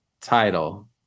title